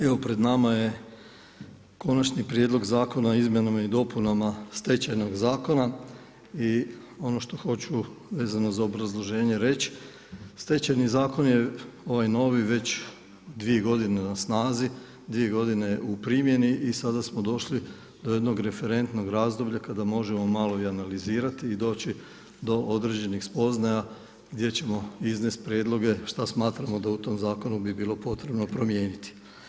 Evo pred nama je Konačni prijedlog Zakona o izmjenama i dopunama Stečajnog zakona i ono što hoću vezano za obrazloženje reći, Stečajni zakon je ovaj novi već 2 godine na snazi, 2 godine u primjeni i sada smo došli do jednog referentnog razdoblja kada možemo malo i analizirati i doći do određenih spoznaja gdje ćemo iznijeti prijedloge što smatramo da u tom zakonu bi bilo potrebno promijeniti.